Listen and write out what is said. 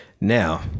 Now